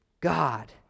God